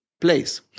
place